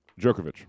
Djokovic